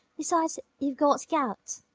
besides, you've got gout.